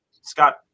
Scott